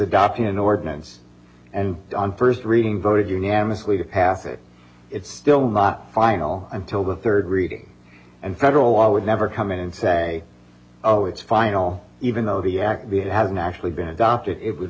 adopting an ordinance and on first reading voted unanimously to pass it it's still not final until the third reading and federal law would never come in and say oh it's final even though the act that hasn't actually been adopted it would